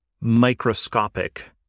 microscopic